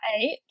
eight